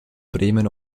bremen